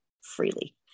freely